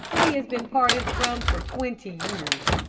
that he has been parted from for twenty years.